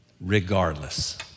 regardless